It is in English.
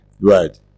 Right